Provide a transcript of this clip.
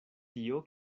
tio